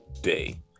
day